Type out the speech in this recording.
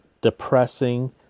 depressing